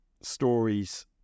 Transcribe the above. stories